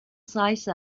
size